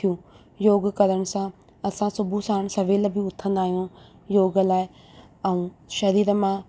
थियूं योग करण सां असां सुबुहु साण सवेल बि उथंदा आहियूं योग लाइ ऐं शरीर मां